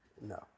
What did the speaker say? No